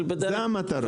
זו המטרה.